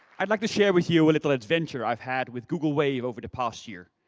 i'd like to share with you a little adventure i've had with google wave over the past year.